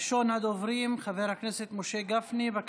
ראשון הדוברים, חבר הכנסת משה גפני, בבקשה.